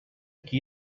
qui